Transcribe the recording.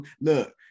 look